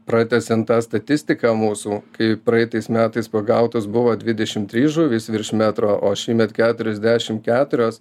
pratęsiant tą statistiką mūsų kai praeitais metais pagautos buvo dvidešimt trys žuvys virš metro o šįmet keturiasdešim keturios